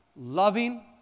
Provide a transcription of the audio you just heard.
Loving